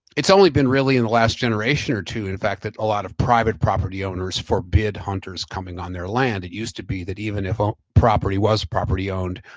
it's only been really in the last generation or two in fact that a lot of private property owners forbid hunters coming on their land. it used to be that even if own property was property owned,